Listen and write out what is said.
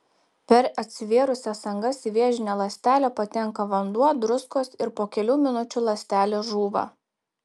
per atsivėrusias angas į vėžinę ląstelę patenka vanduo druskos ir po kelių minučių ląstelė žūva